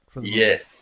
Yes